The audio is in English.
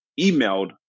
emailed